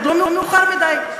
עוד לא מאוחר מדי,